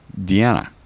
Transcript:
Deanna